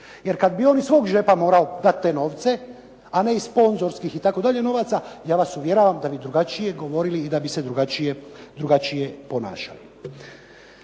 jer kad bi on iz svog džepa morao dati te novce, a ne iz sponzorskih itd. novaca ja vas uvjeravam da bi drugačije govorili i da bi se drugačije ponašali.